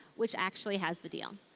which actually has the deal.